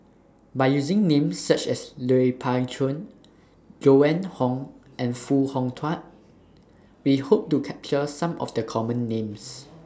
By using Names such as Lui Pao Chuen Joan Hon and Foo Hong Tatt We Hope to capture Some of The Common Names